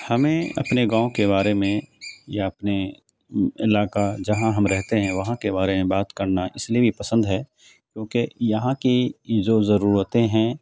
ہمیں اپنے گاؤں کے بارے میں یا اپنے علاقہ جہاں ہم رہتے ہیں وہاں کے بارے میں بات کرنا اس لیے بھی پسند ہے کیونکہ یہاں کی جو ضرورتیں ہیں